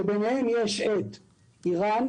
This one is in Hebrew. שביניהן יש את אירן,